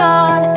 God